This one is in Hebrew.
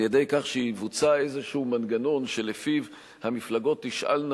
על-ידי כך שיבוצע איזשהו מנגנון שלפיו המפלגות תשאלנה